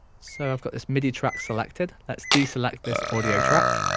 so i've got this midi track selected. let's de-select this audio track